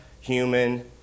human